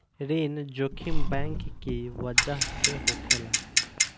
ऋण जोखिम बैंक की बजह से होखेला